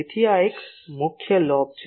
તેથી આ એક મુખ્ય લોબ છે